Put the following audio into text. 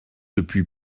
depuis